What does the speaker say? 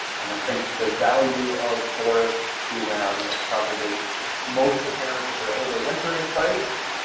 and i think the value of forests to them is probably most apparent as their overwintering sites.